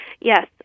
Yes